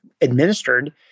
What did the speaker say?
administered